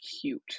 cute